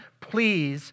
Please